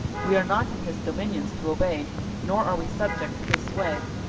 we are not in his dominions to obey nor are we subject to his sway.